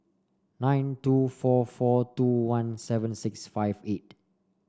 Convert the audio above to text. nine two four four two one seven six five eight